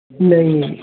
ନାଇ